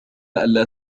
ألا